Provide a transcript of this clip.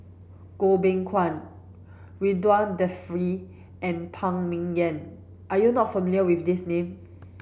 Goh Beng Kwan Ridzwan Dzafir and Phan Ming Yen are you not familiar with these names